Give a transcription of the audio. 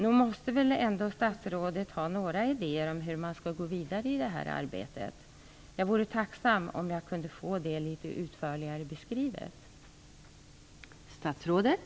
Nog har väl statsrådet ändå några idéer om hur man skall gå vidare i det här arbetet. Jag vore tacksam om jag kunde få det litet utförligare beskrivet.